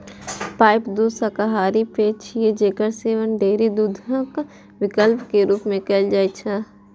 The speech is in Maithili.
पाइप दूध शाकाहारी पेय छियै, जेकर सेवन डेयरी दूधक विकल्प के रूप मे कैल जाइ छै